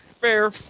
Fair